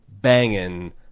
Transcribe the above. banging